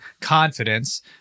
confidence